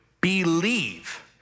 believe